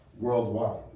worldwide